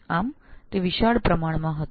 આમ તે વિશાળ પ્રમાણમાં હતું